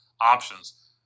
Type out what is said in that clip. options